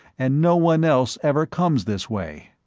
and no one else ever comes this way.